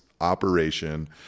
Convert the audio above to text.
Operation